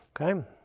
okay